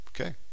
Okay